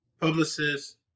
publicist